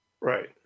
Right